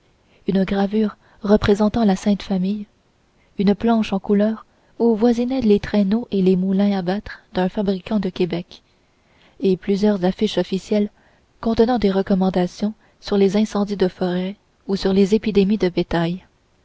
une gravure représentant la sainte famille une planche en couleurs où voisinaient les traîneaux et les moulins à battre d'un fabricant de québec et plusieurs affiches officielles contenant des recommandations sur les incendies de forêts ou les épidémies de bétail